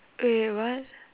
wait what